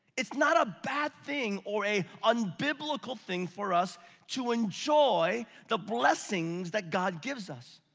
it's not a bad thing or a un-biblical thing for us to enjoy the blessings that god gives us.